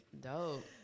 dope